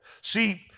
See